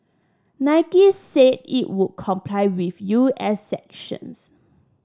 Nike said it would comply with U S sanctions